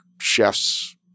chefs